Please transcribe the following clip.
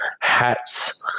hats